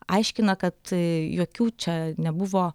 aiškina kad jokių čia nebuvo